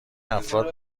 افراد